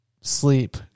sleep